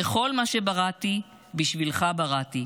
וכל מה שבראתי, בשבילך בראתי.